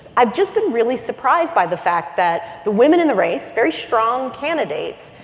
i've just been really surprised by the fact that the women in the race, very strong candidates,